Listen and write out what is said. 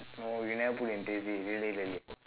no you never put in really really